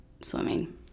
swimming